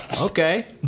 Okay